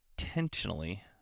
intentionally